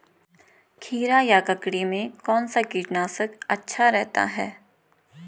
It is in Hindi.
खीरा या ककड़ी में कौन सा कीटनाशक अच्छा रहता है?